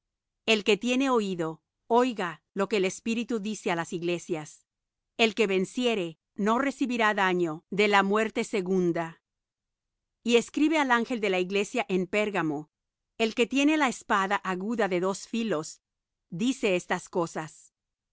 el que tiene oído oiga lo que el espíritu dice á las iglesias el que venciere no recibirá daño de la muerte segunda y escribe al ángel de la iglesia en pérgamo el que tiene la espada aguda de dos filos dice estas cosas